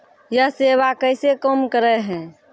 यह सेवा कैसे काम करै है?